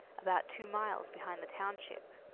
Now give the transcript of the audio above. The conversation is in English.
about two miles behind the township.